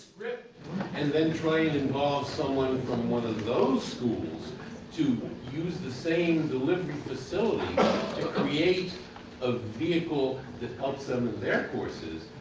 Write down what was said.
and then try and involve someone from one of those schools to use the same delivery facility create a vehicle that helps them in their courses,